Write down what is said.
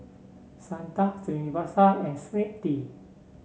Santha Srinivasa and Smriti